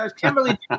Kimberly